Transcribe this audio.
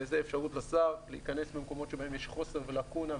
זו האפשרות לשר להיכנס במקומות שבהם יש חוסר ולקונה,